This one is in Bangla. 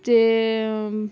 যে